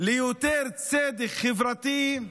ליותר צדק חברתי,